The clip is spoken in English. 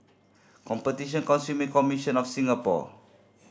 Competition Consumer Commission of Singapore